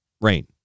rain